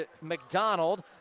McDonald